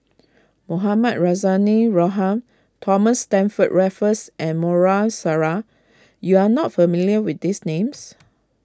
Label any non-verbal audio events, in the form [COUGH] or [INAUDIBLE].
Mohamed Rozani [UNINTELLIGIBLE] Thomas Stamford Raffles and Maarof Salleh you are not familiar with these names